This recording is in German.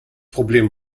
problem